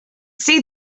see